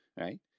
right